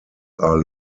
are